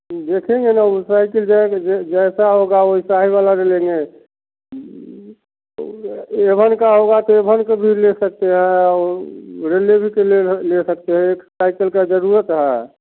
देखेंगे ना वो साइकिल जाएगा जैसा होगा वैसा ही वाला ही ले लेंगे तो एवन का होगा तो एवन का भी ले सकते हैं और रेंजर भी ले ले सकते हैं एक साइकल का ज़रूरत है